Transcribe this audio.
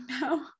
now